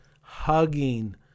hugging